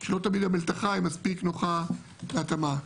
כי לא תמיד המלתחה נוחה להתאמה.